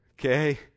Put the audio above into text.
Okay